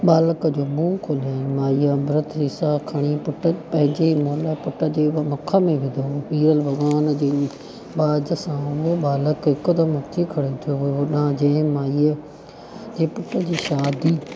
बालक जो मुंहुं खुलाए माईअ अंबृतु सेसा खणी पुटु पंहिंजे मुअल पुट जे मुख में विधो विरल भॻवान जे बाज सां उहो बालक हिकदमि उथी खणी थियो होडां जंहिं माई जे पुट जी शादी